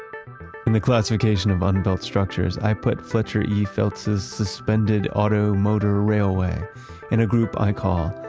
in the classification of unbuilt structures, i put fletcher e. felts says suspended auto motor railway in a group i call,